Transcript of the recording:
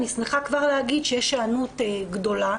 אני שמחה כבר להגיד שיש היענות גדולה.